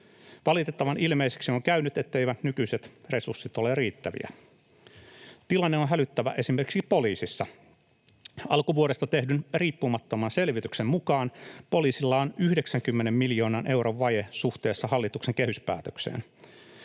Valitettavan ilmeiseksi on käynyt, etteivät nykyiset resurssit ole riittäviä. Tilanne on hälyttävä esimerkiksi poliisissa. Alkuvuodesta tehdyn riippumattoman selvityksen mukaan poliisilla on 90 miljoonan euron vaje suhteessa hallituksen kehyspäätökseen.